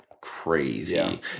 crazy